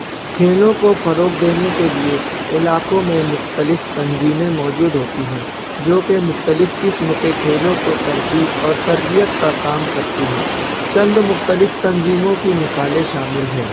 کھیلوں کو فروغ دینے کے لیے علاقوں میں مختلف تنظیمیں موجود ہوتی ہے جو کہ مختلف قسم کے کھیلوں کو ترجیح اور تربیت کا کام کرتی ہے چند مختلف تنظیموں کی مثالیں شامل ہے